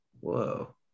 Whoa